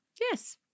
Yes